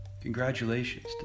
Congratulations